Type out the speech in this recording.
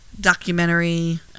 documentary